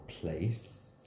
place